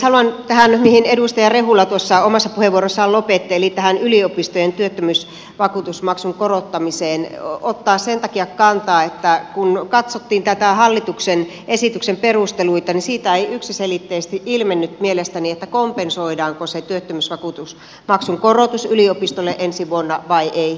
haluan tähän mihin edustaja rehula tuossa omassa puheenvuorossaan lopetti eli tähän yliopistojen työttömyysvakuutusmaksun korottamiseen ottaa sen takia kantaa että kun katsottiin hallituksen esityksen perusteluita niin siitä ei yksiselitteisesti ilmennyt mielestäni kompensoidaanko se työttömyysvakuutusmaksun korotus yliopistoille ensi vuonna vai ei